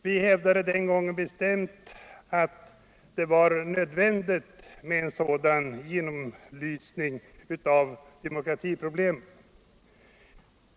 Vi hävdade den gången bestämt att det var nödvändigt med en sådan genomlysning av demokratiproblemen.